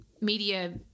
media